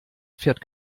fährt